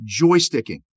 joysticking